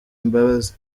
imbabazi